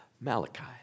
Malachi